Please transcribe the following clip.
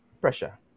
pressure